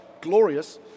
glorious